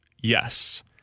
Yes